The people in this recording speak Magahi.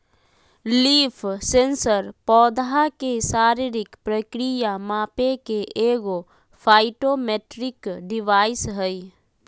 लीफ सेंसर पौधा के शारीरिक प्रक्रिया मापे के एगो फाइटोमेट्रिक डिवाइस हइ